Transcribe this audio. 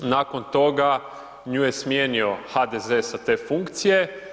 Nakon toga nju je smijenio HDZ-e sa te funkcije.